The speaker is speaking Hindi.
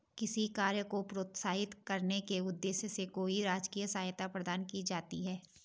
किसी कार्य को प्रोत्साहित करने के उद्देश्य से कोई राजकीय सहायता प्रदान की जाती है